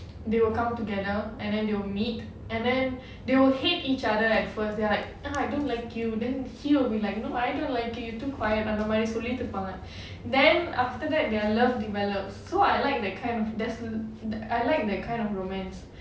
they will come together and then they will meet and then they will hate each other at first they are like nah I don't like you then he'll be like no I don't like you you too quiet அந்த மாதிரி சொல்லிட்டு இருப்பாங்க:antha maathiri sollittu irupaanga then after that their love develops so I like that kind of there's I like that kind of romance